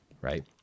right